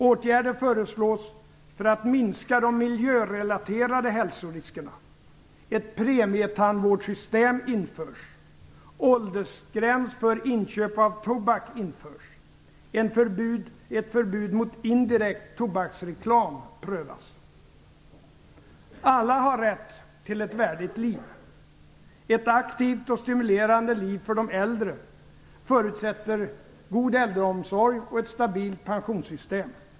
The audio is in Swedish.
Åtgärder föreslås för att minska de miljörelaterade hälsoriskerna. Ett premietandvårdssystem införs. Åldersgräns för inköp av tobak införs. Ett förbud mot indirekt tobaksreklam prövas. Alla har rätt till ett värdigt liv. Ett aktivt och stimulerande liv för de äldre förutsätter god äldreomsorg och ett stabilt pensionssystem.